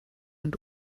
und